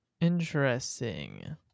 Interesting